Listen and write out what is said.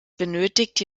benötigt